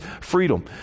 freedom